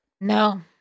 No